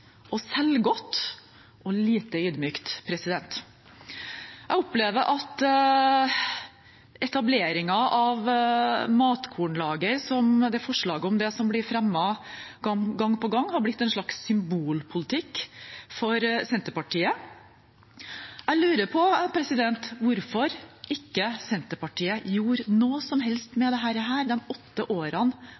opplever at etableringen av matkornlager og forslag om det som blir fremmet gang på gang, har blitt en slags symbolpolitikk for Senterpartiet. Jeg lurer på hvorfor ikke Senterpartiet gjorde noe som helst med dette de åtte årene